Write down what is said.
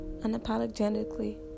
Unapologetically